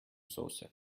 soße